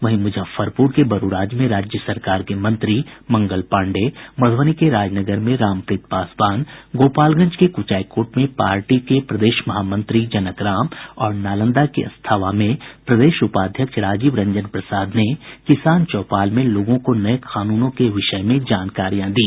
वहीं मुजफ्फरपुर के बरूराज में राज्य सरकार में मंत्री मंगल पांडेय मधुबनी के राजनगर में रामप्रीत पासवान गोपालगंज के कुचायकोट में पार्टी के प्रदेश महामंत्री जनक राम और नालंदा के अस्थावां में प्रदेश उपाध्यक्ष राजीव रंजन प्रसाद ने किसान चौपाल में लोगों को नये कानूनों के विषय में जानकारियां दी